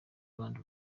abandi